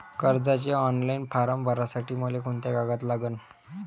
कर्जाचे online form भरासाठी मले कोंते कागद लागन?